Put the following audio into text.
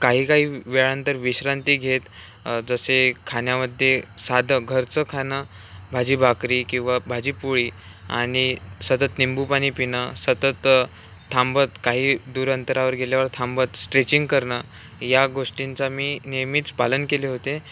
काही काही वेळांतर विश्रांती घेत जसे खााण्यामध्ये साधं घरचं खाणं भाजी भाकरी किंवा भाजीपोळी आणि सतत निंबू पानी पिणं सतत थांबत काही दूर अंतरावर गेल्यावर थांबत स्ट्रेचिंग करणं या गोष्टींचा मी नेहमीच पालन केले होते